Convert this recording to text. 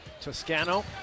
Toscano